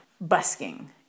busking